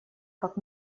как